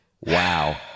Wow